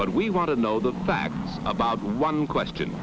but we want to know the facts about one question